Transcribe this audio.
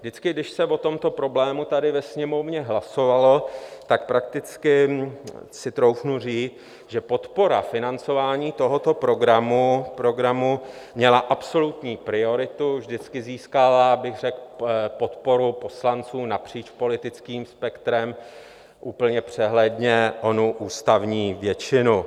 Vždycky když se o tomto problému tady ve Sněmovně hlasovalo, tak prakticky si troufnu říct, že podpora financování tohoto programu měla absolutní prioritu, vždycky získávala bych řekl podporu poslanců napříč politickým spektrem, úplně přehledně onu ústavní většinu.